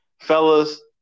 Fellas